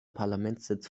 parlamentssitz